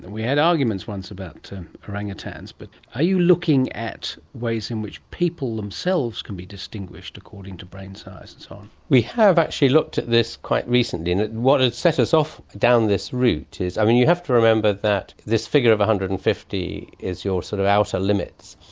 and we had arguments once about orang-utans, but are you looking at ways in which people themselves can be distinguished according to brain size and so on? we have actually looked at this quite recently. and what had set us off down this route is. i mean, you have to remember that this figure of one hundred and fifty is your sort of outer limit.